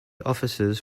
officers